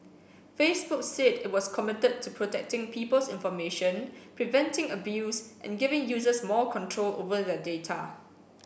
Facebook said it was committed to protecting people's information preventing abuse and giving users more control over their data